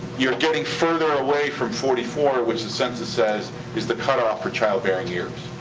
you're getting further away from forty four, which the census says is the cutoff for childbearing years.